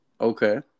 Okay